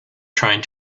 trying